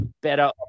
better